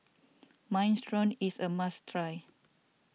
Minestrone is a must try